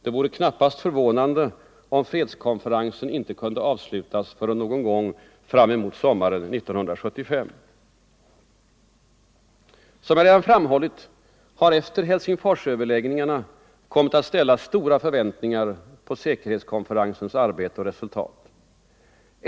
Det vore knappast förvånande om fredskonferensen inte kunde avslutas förrän någon gång framemot sommaren 1975. Som jag redan framhållit har det efter Helsingforsöverläggningarna kommit att ställas stora förväntningar på säkerhetskonferensens arbete och resultat.